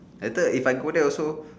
later if I go there also